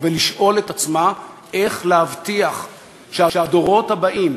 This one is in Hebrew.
ולשאול את עצמה איך להבטיח שהדורות הבאים